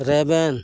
ᱨᱮᱵᱮᱱ